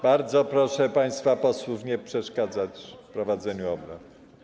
Bardzo proszę państwa posłów o nieprzeszkadzanie w prowadzeniu obrad.